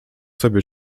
sobie